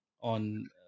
on